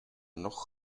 nog